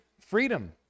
freedom